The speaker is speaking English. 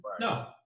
no